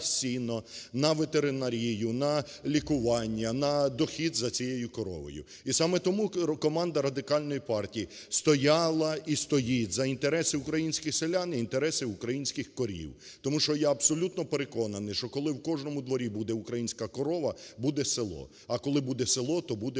сіно, на ветеринарію, на лікування, на дохід за цією коровою. І саме тому команда Радикальної партії стояла і стоїть за інтереси українських селян і інтереси українських корів. Тому що я абсолютно переконаний, що коли в кожному дворі буде українська корова, буде село, а коли буде село, то буде